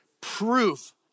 proof